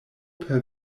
per